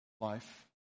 life